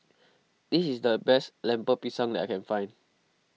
this is the best Lemper Pisang that I can find